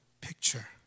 picture